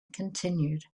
continued